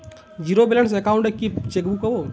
Zero balance account এ কি chequebook পাব?